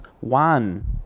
one